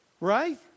right